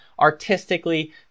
artistically